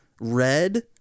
Red